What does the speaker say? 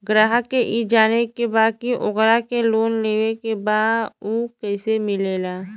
ग्राहक के ई जाने के बा की ओकरा के लोन लेवे के बा ऊ कैसे मिलेला?